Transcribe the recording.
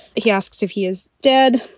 he asks if he is dead.